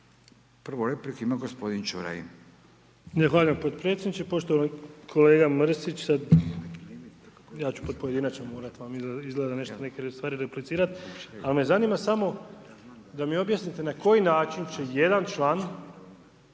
Prvu repliku ima gospodin Čuraj.